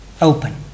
Open